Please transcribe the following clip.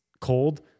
cold